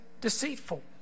deceitful